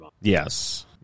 Yes